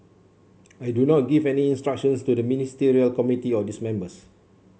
I do not give any instructions to the Ministerial Committee or this members